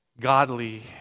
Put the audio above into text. godly